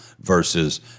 versus